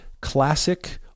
classic